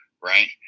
right